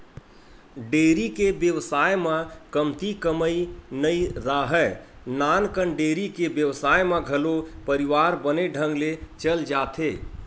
dairy के बेवसाय म कमती कमई नइ राहय, नानकन डेयरी के बेवसाय म घलो परवार बने ढंग ले चल जाथे